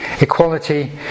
equality